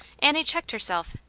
annie checked herself,